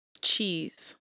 Cheese